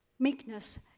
Meekness